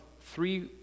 three